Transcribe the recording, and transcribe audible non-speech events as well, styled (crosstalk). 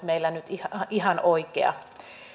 (unintelligible) meillä nyt ihan ihan oikea